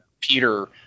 Peter